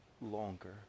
longer